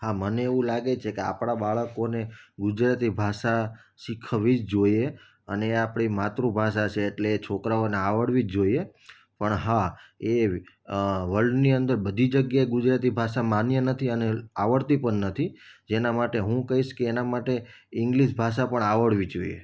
હા મને એવું લાગે છે કે આપણા બાળકોને ગુજરાતી ભાષા શીખવવી જ જોઈએ અને એ આપણી માતૃભાષા છે એટલે એ છોકરાઓને આવડવી જોઈએ પણ હા એ વર્લ્ડની અંદર બધી જગ્યાએ ગુજરાતી ભાષા માન્ય નથી અને આવડતી પણ નથી જેના માટે હું કઈશ કે એના માટે ઇંગ્લિશ ભાષા પણ આવડવી જોઈએ